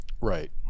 Right